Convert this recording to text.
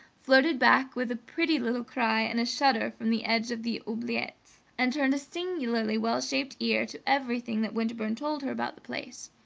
flirted back with a pretty little cry and a shudder from the edge of the oubliettes, and turned a singularly well-shaped ear to everything that winterbourne told her about the place.